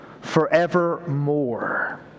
forevermore